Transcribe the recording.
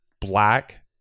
black